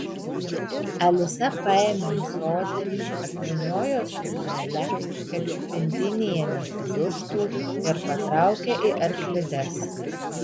alisa paėmė ąsotį apvyniojo suknele kad pintinėje nesudužtų ir patraukė į arklides